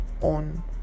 on